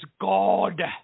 God